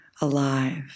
alive